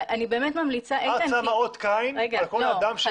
ואני אני באמת ממליצה --- את שמה אות קין על כל אדם שמגלה מעורבות.